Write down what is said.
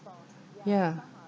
ya